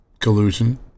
collusion